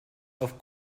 auf